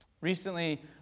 Recently